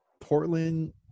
Portland